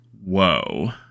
whoa